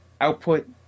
output